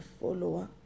follower